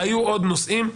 היו עוד נושאים,